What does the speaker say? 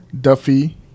Duffy